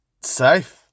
safe